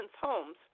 homes